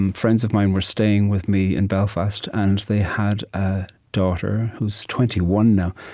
and friends of mine were staying with me in belfast, and they had a daughter who's twenty one now,